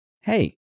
Hey